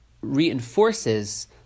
reinforces